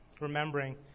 remembering